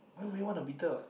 why would you want a beetle